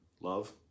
Love